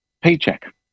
paycheck